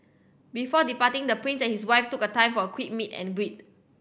before departing the prince and his wife took a time for a quick meet and read